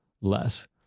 less